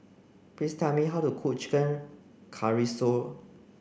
please tell me how to cook Chicken